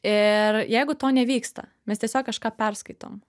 ir jeigu to nevyksta mes tiesiog kažką perskaitom